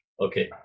Okay